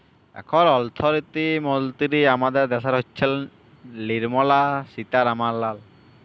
এখল অথ্থলিতি মলতিরি আমাদের দ্যাশের হচ্ছেল লির্মলা সীতারামাল